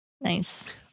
Nice